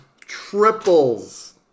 triples